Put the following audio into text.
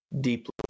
deeply